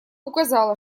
указала